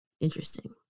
Interesting